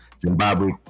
Zimbabwe